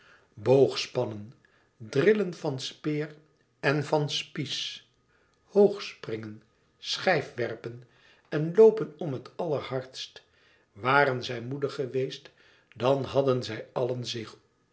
boog spannen drillen van speer en van spies hoog springen schijfwerpen en loopen om het allerhardst waren zij moede geweest dan hadden zij allen zich